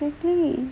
exactly